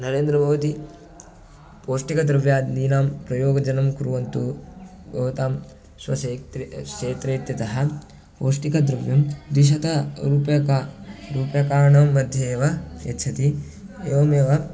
नरेन्द्रमोदी पौष्टिकद्रव्यादीनां प्रयोजनं कुर्वन्तु भवतां स्वक्षेत्रे क्षेत्रे इत्यतः पौष्टिकद्रव्यं द्विशतरूप्यकाणि रूप्यकाणां मध्ये एव यच्छति एवमेव